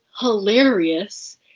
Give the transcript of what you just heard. hilarious